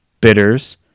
bitters